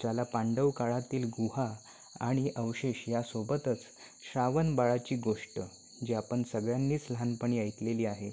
ज्याला पांडव काळातील गुहा आणि अवशेष यासोबतच श्रावण बाळाची गोष्ट जी आपण सगळ्यांनीच लहानपणी ऐकलेली आहे